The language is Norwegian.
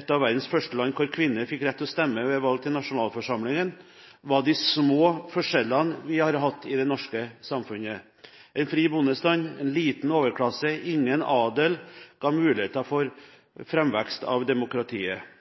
et av verdens første land hvor kvinner fikk rett til å stemme ved valg til nasjonalforsamlingen, var de små forskjellene vi har hatt i det norske samfunnet. En fri bondestand, en liten overklasse og ingen adel ga muligheter for framvekst av demokratiet.